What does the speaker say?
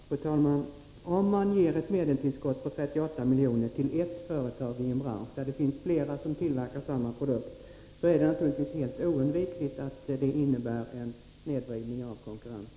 Fru talman! Om man ger ett tillskott på 38 miljoner till ett företag i en bransch där det finns flera som tillverkar samma produkt, är det naturligtvis helt oundvikligt att det innebär en snedvridning av konkurrensen.